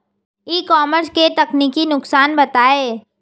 ई commerce के तकनीकी नुकसान बताएं?